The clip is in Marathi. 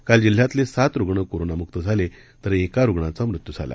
काल जिल्ह्यातल रुग्ण कोरोनामुक्त झाल तिर एका रुग्णाचा मृत्यू झाला